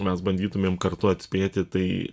mes bandytumėm kartu atspėti tai